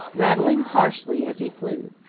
rattling harshly as he flew.